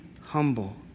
humble